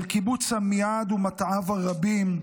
של קיבוץ עמיעד ומטעיו הרבים,